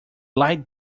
light